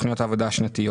תוכניות העבודה השנתיות.